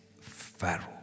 Pharaoh